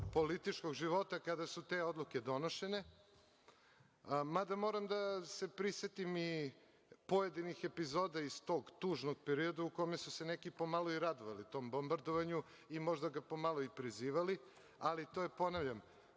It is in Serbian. političkog života kada su te odluke donošene. Mada moram da se prisetim i pojedinih epizoda iz tog tužnog perioda u kome su se neki po malo i radovali tom bombardovanju i možda ga po malo i prizivali, ali to je deo